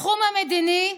בתחום המדיני,